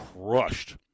crushed